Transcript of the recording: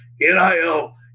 NIL